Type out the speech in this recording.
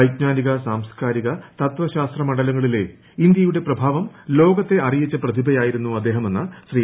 വൈജ്ഞാനിക സാംസ്കാരിക തത്വശാസ്ത്രമണ്ഡലങ്ങളിലെ ഇന്ത്യയുടെ പ്രഭാവം ലോകത്തെ അറിയിച്ച പ്രതിഭയായിരുന്ന അദ്ദേഹമെന്ന ശ്രീ